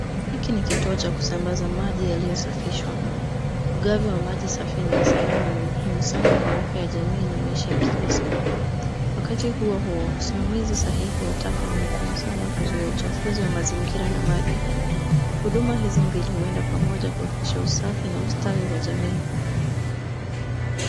Hiki ni kituo cha kusambaza maji yaliyosafishwa. Ugavi wa maji safi na salama ni muhimu sana kwa afya ya jamii na maisha ya kila siku. Wakati huo huo usimamizi sahihi wa taka ni muhimu sana kuzuia uchafuzi wa mazingira na maji. Huduma hizi mbili huenda pamoja kuhakikisha usafi na ustawi wa jamii.